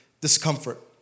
discomfort